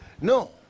No